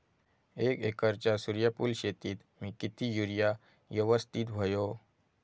एक एकरच्या सूर्यफुल शेतीत मी किती युरिया यवस्तित व्हयो?